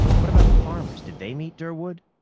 what about the farmers? did they meet durwood?